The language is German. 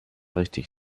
richtig